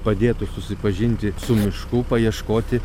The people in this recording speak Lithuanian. padėtų susipažinti su mišku paieškoti